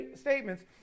statements